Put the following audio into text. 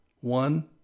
one